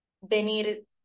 venir